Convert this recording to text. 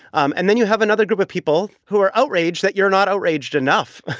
um and then you have another group of people who are outraged that you're not outraged enough.